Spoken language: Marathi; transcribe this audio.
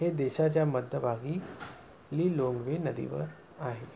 हे देशाच्या मध्यभागी लीलोंगवे नदीवर आहे